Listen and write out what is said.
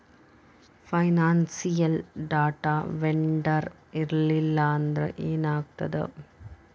Financial data vendor ಇರ್ಲ್ಲಿಲ್ಲಾಂದ್ರ ಏನಾಗ್ತದ?